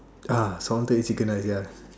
ah salted egg chicken rice ya